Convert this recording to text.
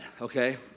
okay